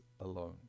alone